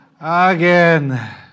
Again